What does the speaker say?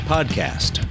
Podcast